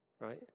right